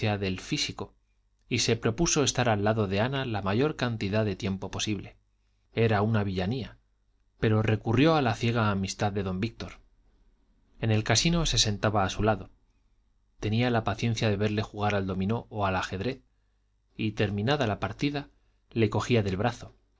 del físico y se propuso estar al lado de ana la mayor cantidad de tiempo posible era una villanía pero recurrió a la ciega amistad de don víctor en el casino se sentaba a su lado tenía la paciencia de verle jugar al dominó o al ajedrez y terminada la partida le cogía del brazo